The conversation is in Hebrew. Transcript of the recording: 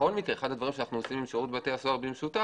בכל מקרה אחד הדברים שאנחנו עושים עם שירות בתי הסוהר במשותף